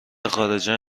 خارجه